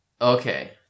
Okay